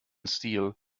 steel